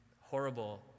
horrible